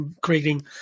creating